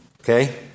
Okay